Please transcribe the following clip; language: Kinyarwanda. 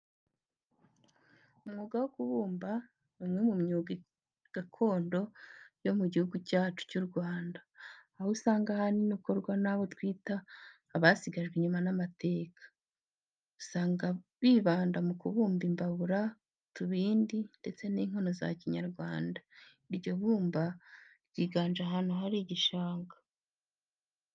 Umwuga wo kubumba, ni umwe mu myuga gakondo yo mu Gihugu cyacu cy'u Rwanda, aho usanga ahanini ukorwa n'abo twita:"Abahejejwe inyuma n'amateka." Usanga bibanda mu kubumba imbabura, utubindi ndetse n'inkono za Kinyarwanda. Iryo bumba ryiganje ahantu hari igishanga.